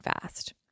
fast